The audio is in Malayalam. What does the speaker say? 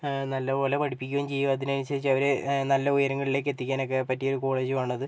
നല്ലപോലെ പഠിപ്പിക്കുവേം ചെയ്യും അതിനനുസരിച്ച് അവർ നല്ല ഉയരങ്ങളിൽ എത്തിക്കാനൊക്കെ പറ്റിയ ഒരു കോളേജും ആണത്